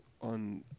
on